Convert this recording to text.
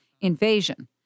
invasion